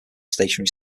stationary